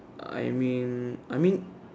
I mean I mean